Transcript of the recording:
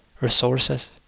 resources